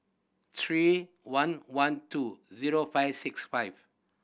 three one one two zero five six five